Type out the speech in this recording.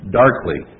darkly